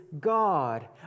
God